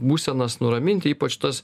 būsenas nuraminti ypač tas